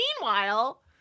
Meanwhile